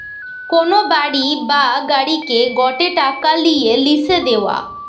কোন বাড়ি বা গাড়িকে গটে টাকা নিয়ে লিসে দেওয়া